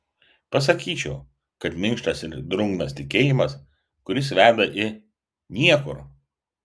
pasakyčiau kad minkštas ir drungnas tikėjimas kuris veda į niekur